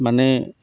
মানে